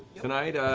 tonight,